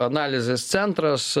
analizės centras